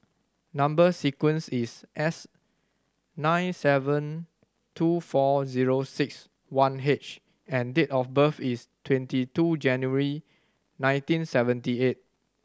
number sequence is S nine seven two four zero six one H and date of birth is twenty two January nineteen seventy eight